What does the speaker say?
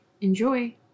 Enjoy